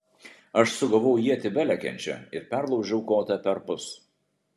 aš sugavau ietį belekiančią ir perlaužiau kotą perpus